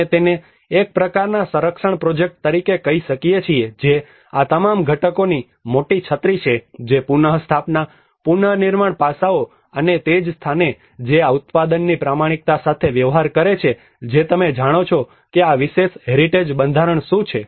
અમે તેને એક પ્રકારનાં સંરક્ષણ પ્રોજેક્ટ તરીકે કહી શકીએ છીએ જે આ તમામ ઘટકોની મોટી છત્રી છે જે પુનસ્થાપના પુનર્નિર્માણ પાસાઓ અને તે જ સ્થાને છે જે આ ઉત્પાદનની પ્રામાણિકતા સાથે વ્યવહાર કરે છે જે તમે જાણો છો કે આ વિશેષ હેરિટેજ બંધારણ શું છે